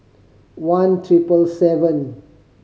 one triple seven